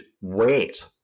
wait